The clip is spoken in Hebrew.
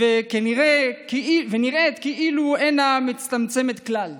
ונראה כאילו אינה מצטמצמת כלל.